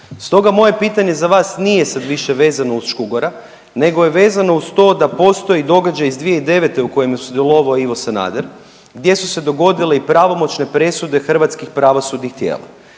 Stoga moje pitanje za vas nije sad više vezano uz Škugora nego je vezano uz to da postoji događaj iz 2009. u kojem je sudjelovao Ivo Sanader gdje su se dogodile i pravomoćne presude hrvatskih pravosudnih tijela.